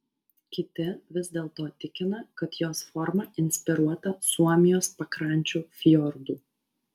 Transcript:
kiti vis dėlto tikina kad jos forma inspiruota suomijos pakrančių fjordų